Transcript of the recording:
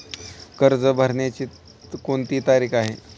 कर्ज भरण्याची कोणती तारीख आहे?